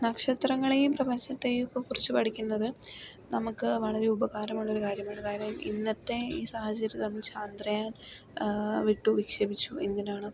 നക്ഷത്രങ്ങളേയും പ്രപഞ്ചത്തെയൊക്കെയും കുറിച്ച് പഠിക്കുന്നത് നമുക്ക് വളരെ ഉപകാരമുള്ളൊരു കാര്യമാണ് അതായത് ഇന്നത്തെ ഈ സാഹചര്യത്തിൽ നമ്മള് ചന്ദ്രയാൻ വിട്ടു വിക്ഷേപിച്ചു എന്തിനാണ്